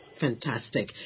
Fantastic